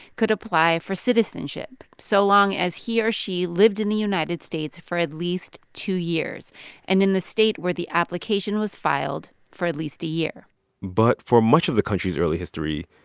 could apply apply for citizenship so long as he or she lived in the united states for at least two years and in the state where the application was filed for at least a year but for much of the country's early history,